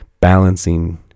balancing